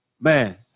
Man